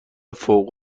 فوق